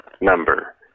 number